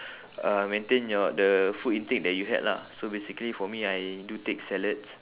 uh maintain your the food intake that you had lah so basically for me I do take salads